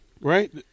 Right